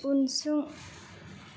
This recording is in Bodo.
उनसं